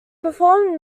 performed